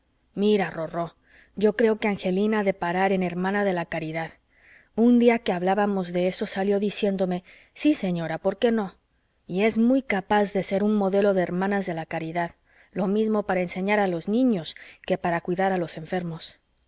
mira rorró yo creo que angelina ha de parar en hermana de la caridad un día que hablábamos de eso salió diciéndome sí señora por qué no y es muy capaz de ser un modelo de hermanas de la caridad lo mismo para enseñar a los niños que para cuidar a los enfermos